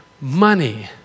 money